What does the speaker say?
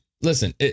listen